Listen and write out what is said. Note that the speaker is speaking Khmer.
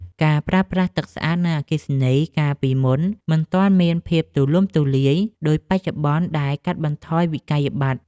ការប្រើប្រាស់ទឹកស្អាត និងអគ្គិសនីកាលពីមុនមិនទាន់មានភាពទូលំទូលាយដូចបច្ចុប្បន្នដែលកាត់បន្ថយវិក្កយបត្រ។